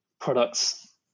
products